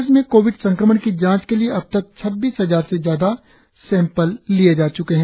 प्रदेश में कोविड संक्रमण की जांच के लिए अबतक छब्बीस हजार से ज्यादा सैंपल लिये जा च्के है